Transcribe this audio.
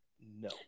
no